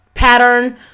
pattern